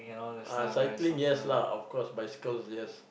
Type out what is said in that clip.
ah cycling yes lah of course bicycles yes